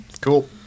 Cool